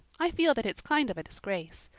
i feel that it's kind of a disgrace.